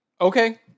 Okay